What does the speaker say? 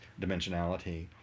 dimensionality